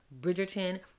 Bridgerton